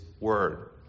word